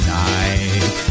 night